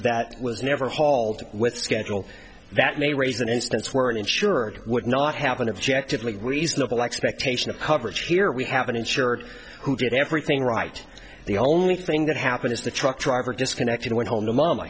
that was never hauled with schedule that may raise an instance where an insurer would not have an objective look reasonable expectation of coverage here we have an insured who did everything right the only thing that happened is the truck driver disconnected went home to m